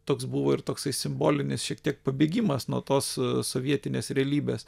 toks buvo ir toksai simbolinis šiek tiek pabėgimas nuo tos sovietinės realybės